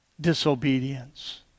disobedience